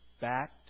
Back